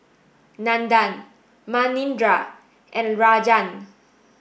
Nandan Manindra and Rajan